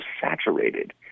saturated